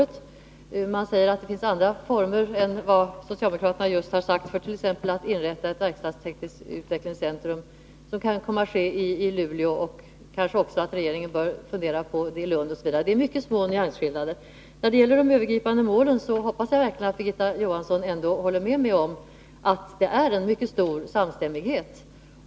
Utskottsmajoriteten säger att det finns andra former än vad socialdemokraterna har föreslagit för att t.ex. inrätta ett verkstadstekniskt utvecklingscentrum i Luleå och kanske också i Lund. Det är alltså mycket små nyansskillnader. När det gäller de övergripande målen hoppas jag verkligen att Birgitta Johansson ändå håller med mig om att det är en mycket stor samstämmighet.